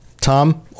Tom